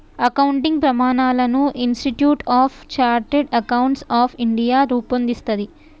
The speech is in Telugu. అకౌంటింగ్ ప్రమాణాలను institute of chartered accountants of India రూపొందిస్తది